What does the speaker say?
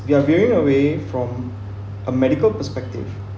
we are away from a medical perspective